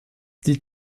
die